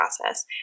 process